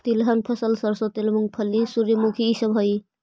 तिलहन फसलबन सरसों तेल, मूंगफली, सूर्यमुखी ई सब हई